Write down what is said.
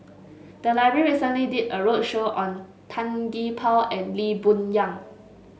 the library recently did a roadshow on Tan Gee Paw and Lee Boon Yang